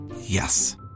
Yes